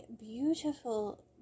beautiful